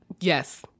Yes